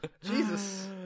Jesus